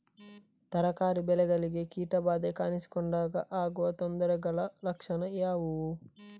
ತರಕಾರಿ ಬೆಳೆಗಳಿಗೆ ಕೀಟ ಬಾಧೆ ಕಾಣಿಸಿಕೊಂಡಾಗ ಆಗುವ ತೊಂದರೆಗಳ ಲಕ್ಷಣಗಳು ಯಾವುವು?